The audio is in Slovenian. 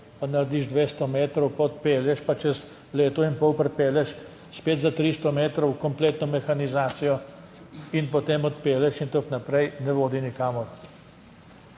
pa narediš 200 metrov, pa odpelješ, pa čez leto in pol pripelješ spet za 300 metrov kompletno mehanizacijo in potem odpelješ in tako naprej ne vodi nikamor.